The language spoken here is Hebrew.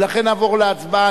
ולכן נעבור להצבעה.